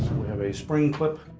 have a spring clip.